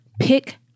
pick